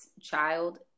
child